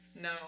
No